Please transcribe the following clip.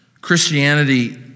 Christianity